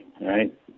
right